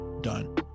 done